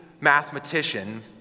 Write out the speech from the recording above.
mathematician